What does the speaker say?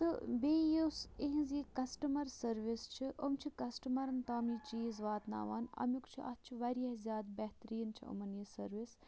تہٕ بیٚیہِ یُس یِہِنٛز یہِ کَسٹَمَر سٔروِس چھِ یِم چھِ کَسٹَمَرَن تام یہِ چیٖز واتناوان اَمیُک چھِ اَتھ چھِ واریاہ زیادٕ بہتریٖن چھِ یِمَن یہِ سٔروِس